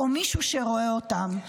-- או מישהו שרואה אותם.